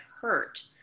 hurt